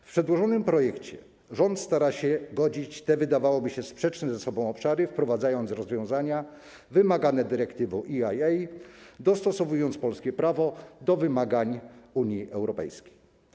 W przedłożonym projekcie rząd stara się godzić te, wydawałoby się, sprzeczne ze sobą obszary, wprowadzając rozwiązania wymagane dyrektywą EIA i dostosowując polskie prawo do wymagań Unii Europejskiej.